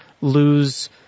lose